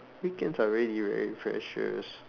weekends are really very precious